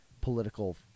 political